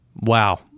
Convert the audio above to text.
wow